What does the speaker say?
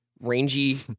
rangy